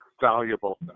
valuable